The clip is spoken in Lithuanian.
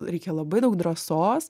reikia labai daug drąsos